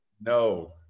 No